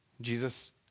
Jesus